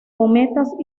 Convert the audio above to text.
cometas